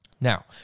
Now